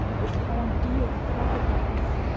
with horned deer and crocodiles.